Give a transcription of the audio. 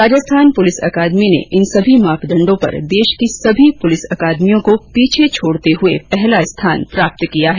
Rajasthan police अकादमी ने इन सभी मापदंडों पर देश की सभी पुलिस अकादमियों को पीछे छोड़ते हुए पहला स्थान प्राप्त किया है